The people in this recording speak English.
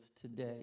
today